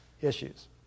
issues